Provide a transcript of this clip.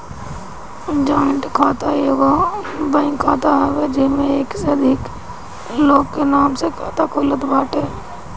joint खाता एगो bank खाता हवे जेमे एक से अधिका लोग के नाम से खाता खुलत बाटे